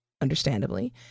understandably